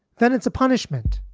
then it's a punishment